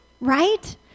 right